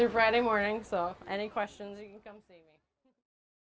through friday morning so any questions